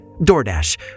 DoorDash